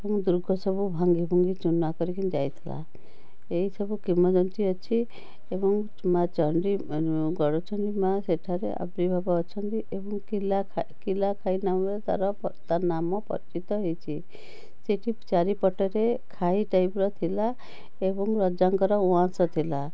ଏବଂ ଦୁର୍ଗସବୁ ଭାଙ୍ଗିଭୁଙ୍ଗି ଚୂନାକରିକି ଯାଇଥିଲା ଏଇସବୁ କିମ୍ବଦନ୍ତୀ ଅଛି ଏବଂ ମାଁ ଚଣ୍ଡୀ ଗଡ଼ଚଣ୍ଡୀ ମାଁ ସେଠାରେ ଆବିର୍ଭାବ ଅଛନ୍ତି ଏବଂ କିଲାଖା କିଲାଖାଇ ନାମରେ ତାର ତାର ନାମ ପରିଚିତ ହେଇଛି ସେଇଠି ଚାରିପଟରେ ଖାଇ ଟାଇପ୍ ର ଥିଲା ଏବଂ ରଜାଙ୍କର ଉଆଁସ ଥିଲା